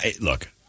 Look